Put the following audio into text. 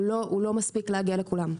הוא לא מספיק להגיע לכולם.